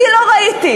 אני לא ראיתי,